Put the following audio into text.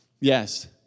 Yes